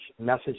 message